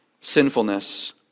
sinfulness